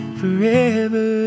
forever